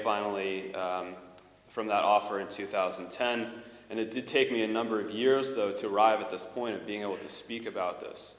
finally from that offer in two thousand and ten and it did take me a number of years though to arrive at this point being able to speak about this